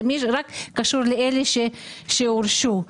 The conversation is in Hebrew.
זה קשור לאלה שהורשעו.